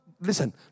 listen